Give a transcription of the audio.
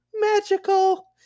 Magical